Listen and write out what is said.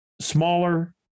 smaller